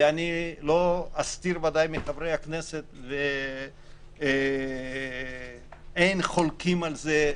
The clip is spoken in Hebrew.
ואני לא אסתיר מחברי הכנסת ואין חולקים על זה,